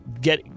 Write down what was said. get